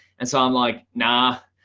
and so i'm like, nah,